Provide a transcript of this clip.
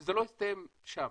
וזה לא הסתיים שם.